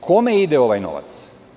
Kome ide ovaj novac?